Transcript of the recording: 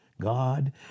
God